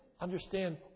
understand